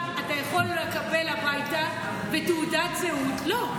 אתה יכול לקבל הביתה ותעודת זהות לא.